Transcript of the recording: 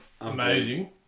amazing